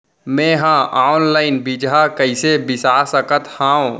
मे हा अनलाइन बीजहा कईसे बीसा सकत हाव